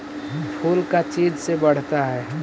फूल का चीज से बढ़ता है?